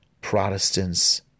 Protestants